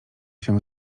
się